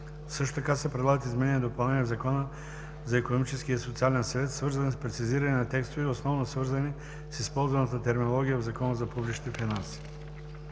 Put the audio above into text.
Също така се предлагат изменения и допълнения в Закона за Икономически и социален съвет, свързани с прецизиране на текстове, основно свързани с използваната терминология в Закона за публичните финанси.